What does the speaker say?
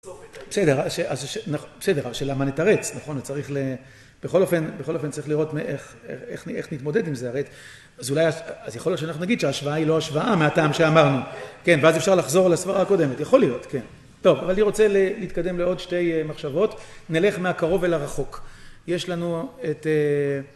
בסדר, בסדר אז השאלה מה נתרץ, נכון? צריך ל... בכל אופן אז צריך לראות איך איך נתמודד עם זה, הרי אז אולי אז יכול להיות שאנחנו נגיד שההשוואה היא לא השוואה מהטעם שאמרנו, ואז אפשר לחזור על הסברה הקודמת, יכול להיות, כן? טוב, אבל אני רוצה להתקדם לעוד שתי מחשבות, נלך מהקרוב אל הרחוק, יש לנו את..